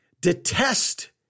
Detest